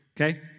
okay